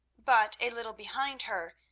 but a little behind her,